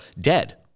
dead